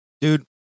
Dude